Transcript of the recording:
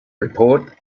report